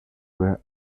were